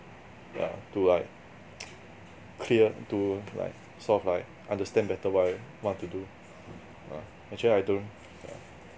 yeah to like clear to like sort of like understand better what I what I want to do yeah actually I don't yeah